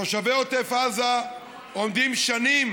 תושבי עוטף עזה עומדים שנים